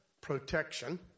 protection